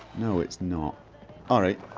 no, it's not alright